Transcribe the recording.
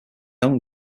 own